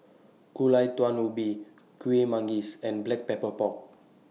Gulai Daun Ubi Kuih Manggis and Black Pepper Pork